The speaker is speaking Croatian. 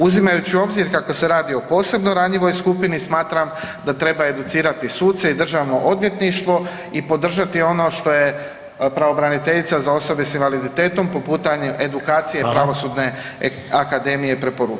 Uzimajući u obzir kako se radi o posebno ranjivoj skupini smatram da treba educirati suce i državno odvjetništvo i podržati ono što je pravobraniteljica za osobe s invaliditetom po pitanju edukacije Pravosudne akademije preporučila.